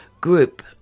group